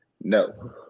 No